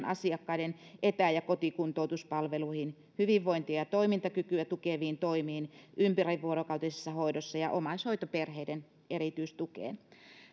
asiakkaiden etä ja kotikuntoutuspalveluihin hyvinvointia ja toimintakykyä tukeviin toimiin ympärivuorokautisessa hoidossa ja omaishoitoperheiden erityistukeen